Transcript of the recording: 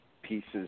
pieces